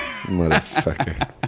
motherfucker